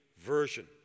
Version